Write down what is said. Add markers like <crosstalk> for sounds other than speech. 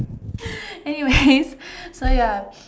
<noise> anyways so ya